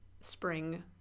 spring